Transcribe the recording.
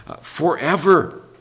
forever